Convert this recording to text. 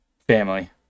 Family